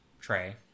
tray